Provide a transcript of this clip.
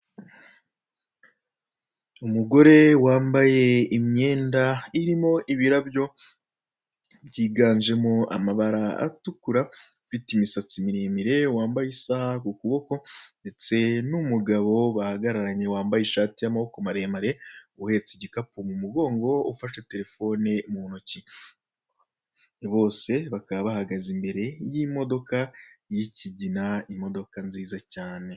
Umugore wambaye imyenda irimo ibirabyo byiganjemo amabara atukura, ufite imisatsi miremire wambaye isaha ku kuboko ndetse n'umugabo bahagararanye wambaye ishati y'amaboko maremare uhetse igikapu mu mugongo ufashe terefoni mu ntoki. Bose bakaba bahagaze imbere y'imodoka y'ikigina, imodoka nziza cyane.